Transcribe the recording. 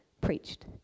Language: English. preached